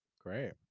great